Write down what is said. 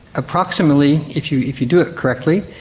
approximately, if you if you do it correctly,